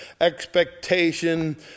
expectation